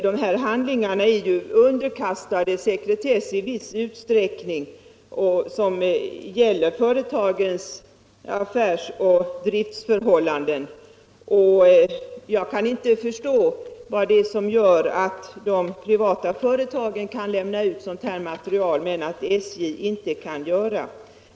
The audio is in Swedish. De här handlingarna är ju sekretesskyddade i den mån de gäller företagens affärsoch driftförhållanden, och jag kan inte förstå vad det är som gör att de privata företagen kan lämna ut sådant material och inte SJ.